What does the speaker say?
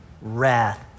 wrath